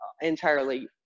entirely